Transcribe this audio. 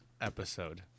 episode